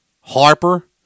Harper